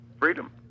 Freedom